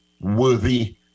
worthy